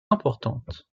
importantes